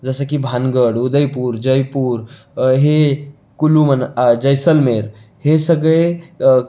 जसं की भानगड उदयपूर जयपूर हे कुलू मना जैसलनेर हे सगळे